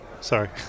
sorry